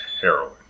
heroin